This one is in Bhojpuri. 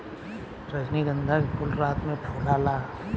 रजनीगंधा के फूल रात में फुलाला